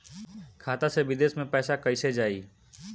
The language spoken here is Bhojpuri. खाता से विदेश मे पैसा कईसे जाई?